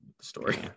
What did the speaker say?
story